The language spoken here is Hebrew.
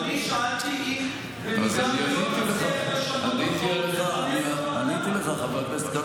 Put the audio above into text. אדוני, שאלתי: אם לא תצליח לשנות את החוק,